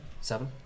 Seven